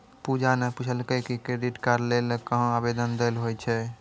पूजा ने पूछलकै कि क्रेडिट कार्ड लै ल कहां आवेदन दै ल होय छै